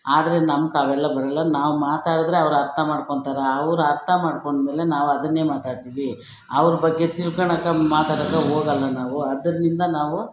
ಆದರೆ ನಮ್ಗ ಅವೆಲ್ಲ ಬರಲ್ಲ ನಾವು ಮಾತಾಡಿದ್ರೆ ಅವ್ರು ಅರ್ಥ ಮಾಡ್ಕೊಂತಾರೆ ಅವ್ರು ಅರ್ಥ ಮಾಡ್ಕೊಂಡ್ಮೇಲೆ ನಾವದನ್ನೇ ಮಾತಾಡ್ತೀವಿ ಅವ್ರ ಬಗ್ಗೆ ತಿಳ್ಕಳಕ್ಕ ಮಾತಾಡಕ್ಕೆ ಹೋಗಲ್ಲ ನಾವು ಅದರ್ನಿಂದ ನಾವು